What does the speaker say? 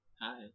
hi